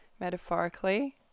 metaphorically